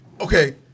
Okay